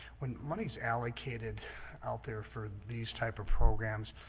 when money's allocated out there for these type of programs